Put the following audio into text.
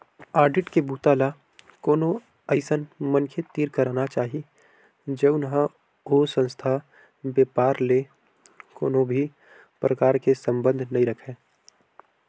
audit के बूता ल कोनो अइसन मनखे तीर कराना चाही जउन ह ओ संस्था, बेपार ले कोनो भी परकार के संबंध नइ राखय